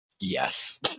Yes